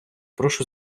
прошу